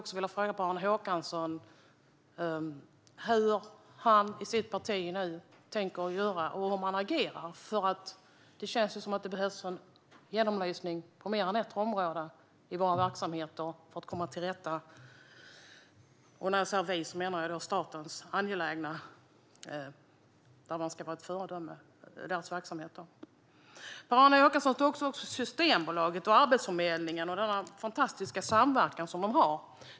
Hur tänker Per-Arne Håkanssons parti agera? Det känns som att det behövs en genomlysning av mer än ett område i statens verksamheter för att man ska komma till rätta med detta och kunna vara ett föredöme. Per-Arne Håkansson tog också upp Systembolagets och Arbetsförmedlingens fantastiska samverkan.